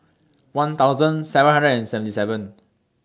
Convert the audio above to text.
one thousand seven hundred and seventy seven